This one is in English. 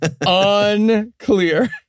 Unclear